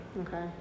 Okay